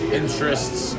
interests